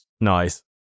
Nice